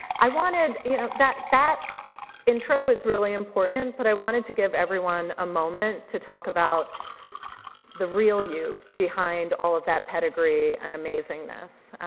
i wanted, you know that that intro is really important, but i wanted to give everyone a moment to talk about the real you behind all of that pedigree and amazingness,